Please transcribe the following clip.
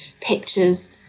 pictures